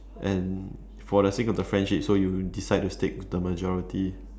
and for the sake of the friendship so you decide to stick to the majority